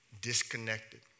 disconnected